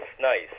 nice